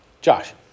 Josh